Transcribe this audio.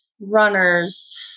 runners